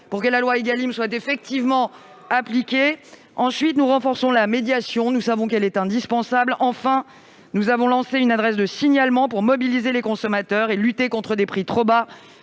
pour qu'elle soit appliquée de manière effective. Par ailleurs, nous renforçons la médiation, dont nous savons qu'elle est indispensable. Enfin, nous avons lancé une adresse de signalement pour mobiliser les consommateurs et lutter contre des prix trop bas